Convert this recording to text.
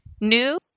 new